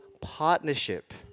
partnership